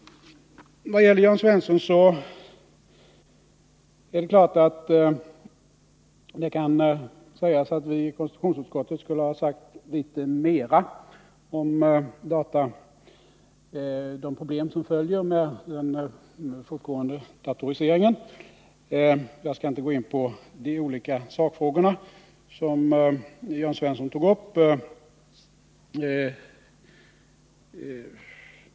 Vad gäller Jörn Svensson är det klart att man kan säga att vi i konstitutionsutskottet skulle yttrat oss mera om de problem som följer med den pågående datoriseringen. Jag skall inte gå in på de olika sakfrågor som Jörn Svensson tog upp.